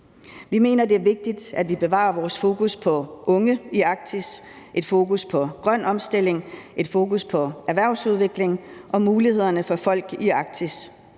Vi mener, at det er vigtigt, at vi bevarer vores fokus på unge i Arktis, et fokus på grøn omstilling og et fokus på erhvervsudvikling og mulighederne for folk i Arktis.